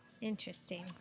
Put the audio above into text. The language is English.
Interesting